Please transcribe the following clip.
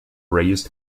raised